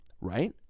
right